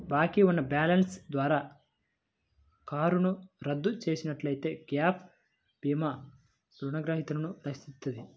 బాకీ ఉన్న బ్యాలెన్స్ ద్వారా కారును రద్దు చేసినట్లయితే గ్యాప్ భీమా రుణగ్రహీతను రక్షిస్తది